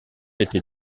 été